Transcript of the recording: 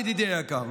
אבל ידידי היקר,